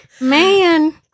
man